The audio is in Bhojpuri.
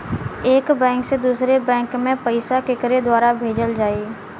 एक बैंक से दूसरे बैंक मे पैसा केकरे द्वारा भेजल जाई?